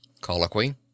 Colloquy